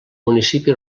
municipi